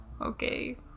Okay